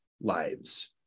lives